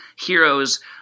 heroes